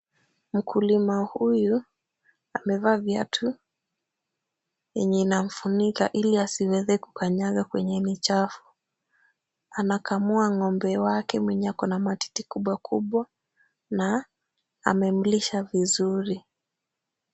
Mkulima huyu amevaa viatu yenye inamfunika ili asiweze kukanyanga kwenye ni chafu. Anakamua ng'ombe wake mwenye ako na matiti kubwa kubwa na amemlisha vizuri.